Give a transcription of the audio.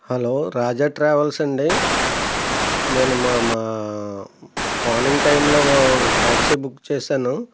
hello Raja travels ఆండి నేను మా మా మార్నింగ్ టైంలో ట్యాక్సీ బుక్ చేసాను